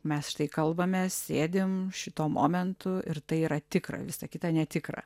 mes štai kalbame sėdime šituo momentu ir tai yra tikra visa kita netikra